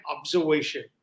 observation